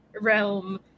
realm